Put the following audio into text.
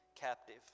captive